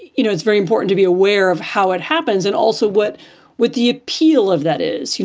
you know it's very important to be aware of how it happens. and also what with the appeal of that is, you